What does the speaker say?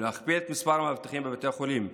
להכפיל את מספר המאבטחים בבתי החולים,